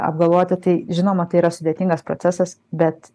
apgalvoti tai žinoma tai yra sudėtingas procesas bet